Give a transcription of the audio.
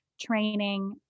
training